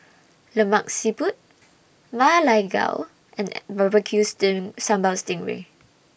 Lemak Siput Ma Lai Gao and Barbecue Sting Ray Sambal Sting Ray